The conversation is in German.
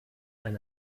ein